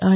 I